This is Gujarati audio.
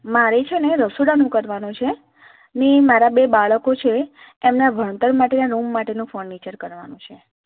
મારે છે ને રસોડાનું કરવાનું છે ને મારાં બે બાળકો છે એમનાં ભણતર માટેનાં રૂમ માટેનું ફર્નિચર કરવાનું છે